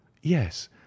yes